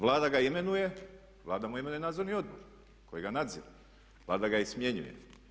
Vlada ga imenuje, Vlada mu imenuje Nadzorni odbor koji ga nadzire, Vlada ga i smjenjuje.